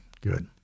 Good